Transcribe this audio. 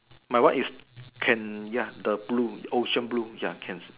my one is can ya the blue ocean blue ya can